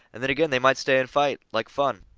and then again they might stay and fight like fun.